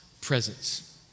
presence